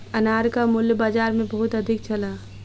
अनारक मूल्य बाजार मे बहुत अधिक छल